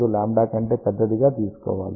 25λ కంటే పెద్దది గాతీసుకోవాలి